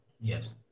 Yes